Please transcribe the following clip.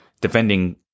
defending